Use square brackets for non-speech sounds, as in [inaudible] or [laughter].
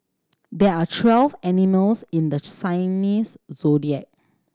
there are twelve animals in the [unintelligible] zodiac